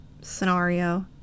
scenario